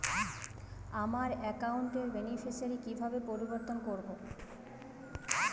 আমার অ্যাকাউন্ট র বেনিফিসিয়ারি কিভাবে পরিবর্তন করবো?